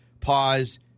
pause